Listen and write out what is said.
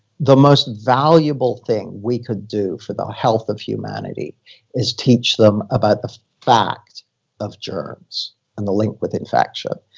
the most valuable thing we could do for the health of humanity is teach them about a fact of germs and the link with infection.